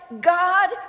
God